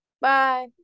bye